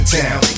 town